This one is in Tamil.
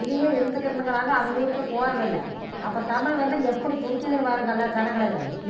இங்கேயே இருந்துக்கின்னுக்குறாங்க அவங்க ஊருக்குப் போகிறதில்ல அப்போ தமிழ் வந்து எப்படி புடிக்கிதுன்னு பாருங்கள் எல்லா ஜனங்களையுமே